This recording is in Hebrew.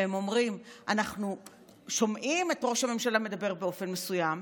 והם אומרים: אנחנו שומעים את ראש הממשלה מדבר באופן מסוים,